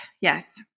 Yes